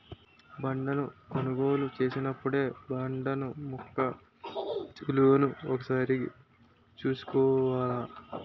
బాండును కొనుగోలు చేసినపుడే బాండు ముఖ విలువను ఒకసారి చూసుకోవాల